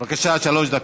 בבקשה, עד שלוש דקות.